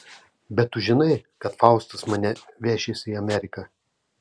bet tu žinai kad faustas mane vešis į ameriką